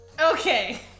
Okay